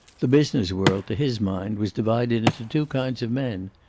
the business world, to his mind, was divided into two kinds of men,